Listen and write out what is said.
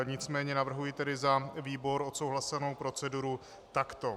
Nicméně navrhuji tedy za výbor odsouhlasenou proceduru takto: